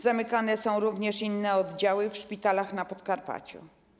Zamykane są również inne oddziały w szpitalach na Podkarpaciu.